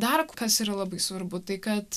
dar kas yra labai svarbu tai kad